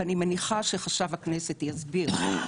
ואני מניחה שחשב הכנסת יסביר,